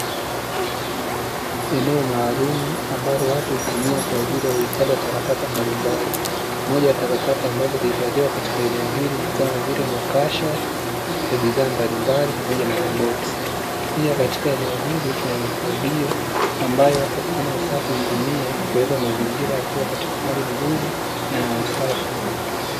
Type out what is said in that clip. Eneo maalumu, ambalo watu hutumia kwa ajili ya uhifadhi wa takataka mbalimbali. Moja ya takataka ambazo huhifadhiwa katika eneo hili ni kama vile makasha ya bidhaa mbalimbali, pamoja na maboksi. Pia katika eneo hili kuna mifagio ambayo watu wakifanya usafi hutumia kuweka mazingira yakiwa katika hali nzuri na ya usafi.